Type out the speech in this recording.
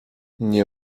nie